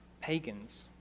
Pagans